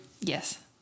Yes